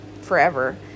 forever